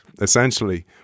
essentially